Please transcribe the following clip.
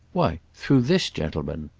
why, through this gentleman!